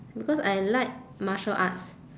because I like martial arts